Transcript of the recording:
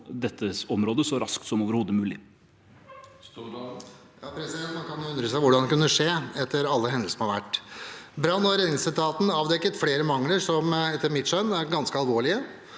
så raskt som overhodet mulig.